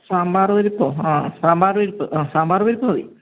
സാമ്പാർ പരിപ്പോ ആ സാമ്പാർ പരിപ്പ് ആ സാമ്പാർ പരിപ്പ് മതി